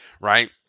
Right